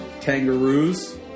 Kangaroos